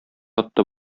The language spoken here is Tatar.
атты